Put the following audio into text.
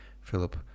Philip